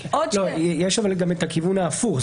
יש גם את הכיוון ההפוך.